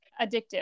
addictive